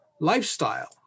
lifestyle